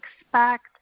expect